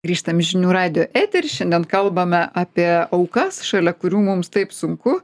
grįžtam į žinių radijo eterį šiandien kalbame apie aukas šalia kurių mums taip sunku